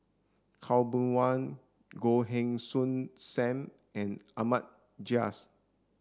Khaw Boon Wan Goh Heng Soon Sam and Ahmad Jais